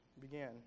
began